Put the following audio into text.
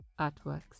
artworks